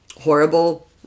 horrible